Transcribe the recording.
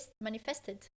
manifested